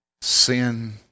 Sin